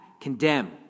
condemn